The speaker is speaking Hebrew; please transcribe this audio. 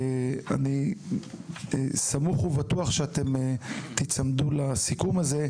אני סמוך ובטוח שאתם תיצמדו לסיכום הזה,